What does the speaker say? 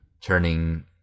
Turning